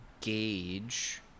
gauge